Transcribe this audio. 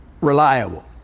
reliable